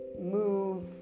move